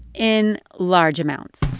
in large amounts